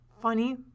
Funny